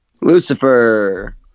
lucifer